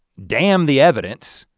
damn the evidence.